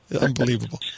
unbelievable